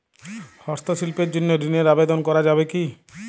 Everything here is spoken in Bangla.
হস্তশিল্পের জন্য ঋনের আবেদন করা যাবে কি?